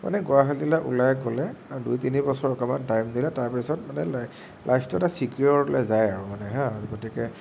মানে গুৱাহাটীলৈ ওলাই গ'লে আৰু দুই তিনিবছৰ অকণমান টাইম দিলে তাৰপিছত মানে লাই লাইফটো এটা ছিকিয়ৰলৈ যায় আৰু মানে হা গতিকে